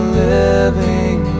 living